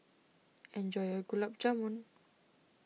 enjoy your Gulab Jamun